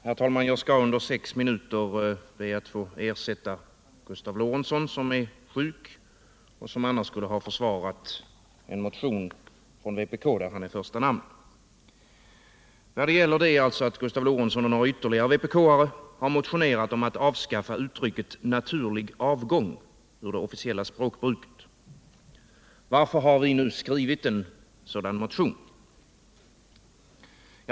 Herr talman! Jag skall be att under sex minuter få ersätta Gustav Lorentzon som är sjuk men som annars skulle ha försvarat en vpk-motion där hans namn står först. Gustav Lorentzon och ytterligare några vpk-are har motionerat om att ta bort uttrycket ”naturlig avgång” ur det officiella språket. Varför har vi nu skrivit en sådan motion?